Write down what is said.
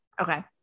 Okay